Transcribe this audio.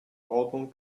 album